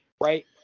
right